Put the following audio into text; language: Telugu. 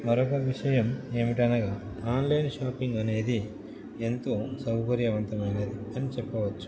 మరొక విషయం ఏమిటి అనగా ఆన్లైన్ షాపింగ్ అనేది ఎంతో సౌకర్యవంతమైనది అని చెప్పవచ్చు